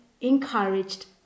encouraged